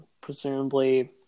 presumably